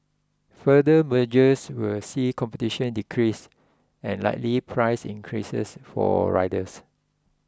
further mergers will see competition decrease and likely price increases for riders